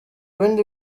bindi